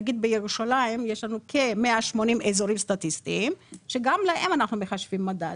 נגיד בירושלים יש לנו כ-180 אזורים סטטיסטיים שגם להם אנחנו מחשבים מדד.